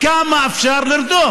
כמה אפשר לרדוף?